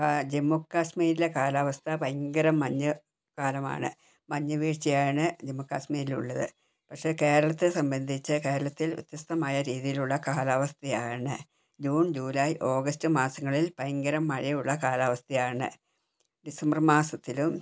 ജമ്മു കാശ്മീരിലെ കാലാവസ്ഥ ഭയങ്കര മഞ്ഞ് കാലമാണ് മഞ്ഞുവീഴ്ചയാണ് ജമ്മു കശ്മീരിലുള്ളത് പക്ഷേ കേരളത്തെ സംബന്ധിച്ച് കേരളത്തിൽ വ്യത്യസ്തമായ രീതിയിലുള്ള കാലവസ്ഥയാണ് ജൂൺ ജൂലായ് ആഗസ്റ്റ് മാസങ്ങളിൽ ഭയങ്കര മഴയുള്ള കാലാവസ്ഥ ആണ് ഡിസംബർ മാസത്തിലും